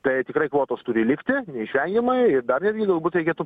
tai tikrai kvotos turi likti neišvengiamai ir dar netgi galbūt reikėtų